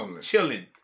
chilling